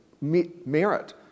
merit